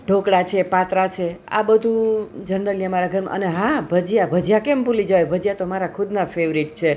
ઢોકળા છે પાતરા છે આ બધું જનરલી અમારા ઘરમાં અને હા ભજીયા ભજીયા કેમ ભૂલી જવાય ભજીયા તો મારા ખુદના ફેવરિટ છે